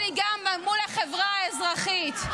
-- אבל היא גם מול החברה האזרחית.